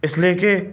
اِس لیے کہ